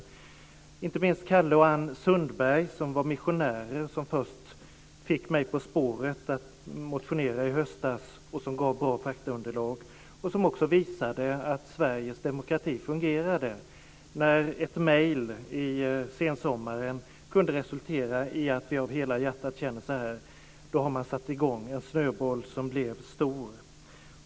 Jag vill inte minst tacka Calle och Anne Sundberg, som var de missionärer som först fick mig på spåret att motionera i höstas och som gav bra faktaunderlag. De visade också att Sveriges demokrati fungerade. När ett mail i sensommaren kunde resultera i att vi känner så här har man satt i gång en snöboll som blev stor.